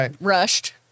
rushed